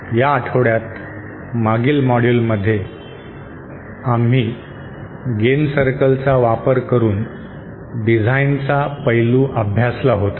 या आठवड्यात मागील मॉड्यूल्समध्ये आम्ही गेन सर्कलचा वापर करून डिझाइनचा पैलू अभ्यासला होता